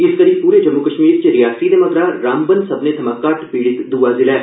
इस करी पूरे जम्मू कश्मीर च रियासी मगरा सब्बने थमां घट्ट पीड़ित दूआ जिला ऐ